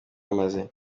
amaze